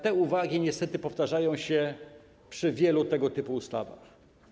Te uwagi niestety powtarzają się przy wielu tego typu ustawach.